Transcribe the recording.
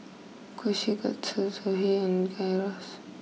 Kushikatsu Zosui and Gyros